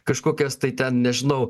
kažkokias tai ten nežinau